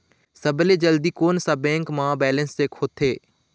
सबसे जल्दी कोन सा बैंक म बैलेंस चेक होथे?